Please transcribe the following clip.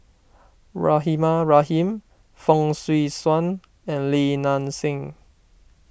Rahimah Rahim Fong Swee Suan and Li Nanxing